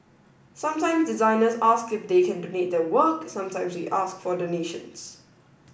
sometimes designers ask if they can donate their work sometimes we ask for donations